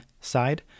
side